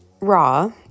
Raw